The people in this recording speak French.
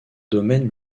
domaines